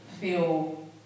feel